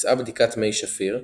בוצעה בדיקת מי שפיר,